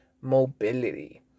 mobility